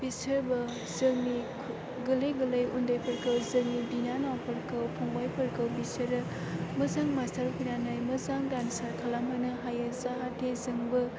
बिसोरबो जोंनि गोरलै गोरलै उन्दैफोरखौ जोंनि बिनानावफोरखौ फंबाइफोरखौ बिसोरो मोजां मास्टार फैनानै मोजां डान्सार खालामहोनो हायो जाहाथे जोंबो